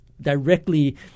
directly